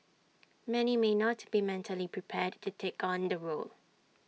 many may not be mentally prepared to take on the role